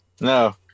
No